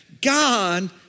God